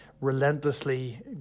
relentlessly